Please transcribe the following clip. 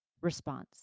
response